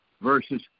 versus